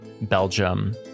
Belgium